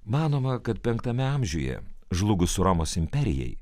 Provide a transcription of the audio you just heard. manoma kad penktame amžiuje žlugus romos imperijai